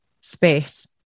space